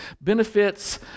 benefits